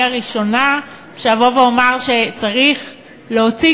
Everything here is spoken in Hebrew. אני הראשונה שאבוא ואומר שצריך להוציא